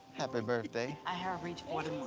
happy birthday. i have reached forty and one.